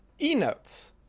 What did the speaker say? eNotes